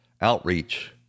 outreach